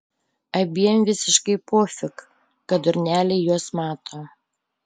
abiem visiškai pofik kad durneliai juos mato